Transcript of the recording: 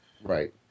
Right